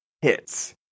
hits